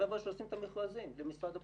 לחבר'ה שעושים את המכרזים במשרד הבריאות.